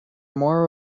more